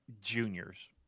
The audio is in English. juniors